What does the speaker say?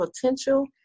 potential